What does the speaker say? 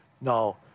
Now